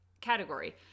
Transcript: category